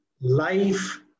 life